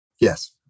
Yes